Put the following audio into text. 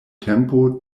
tempo